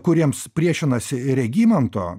kuriems priešinasi regimanto